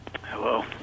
Hello